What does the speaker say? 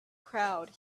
crowd